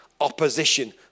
opposition